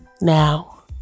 now